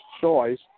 choice